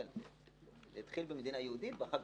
מאיפה